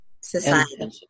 Society